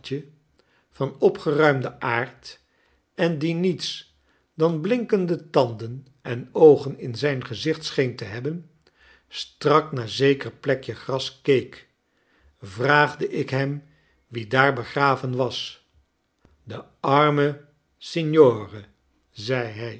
van opgeruimden aard en die niets dan blinkende tanden en oogen in zijn gezicht scheen te hebben strak naar zeker plekje gras keek vraagde ik hem wie daar begraven was de armen